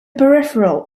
peripheral